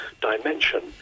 dimension